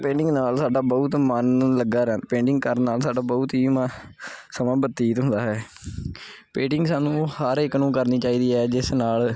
painting ਨਾਲ ਸਾਡਾ ਬਹੁਤ ਮਨ ਲੱਗਾ ਪੇਂਟਿੰਗ ਕਰਨ ਨਾਲ ਸਾਡਾ ਬਹੁਤ ਹੀ ਮਾ ਸਮਾਂ ਬਤੀਤ ਹੁੰਦਾ ਹੈ ਪੇਂਟਿੰਗ ਸਾਨੂੰ ਉਹ ਹਰ ਇੱਕ ਨੂੰ ਕਰਨੀ ਚਾਹੀਦੀ ਹੈ ਜਿਸ ਨਾਲ